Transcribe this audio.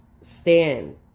stand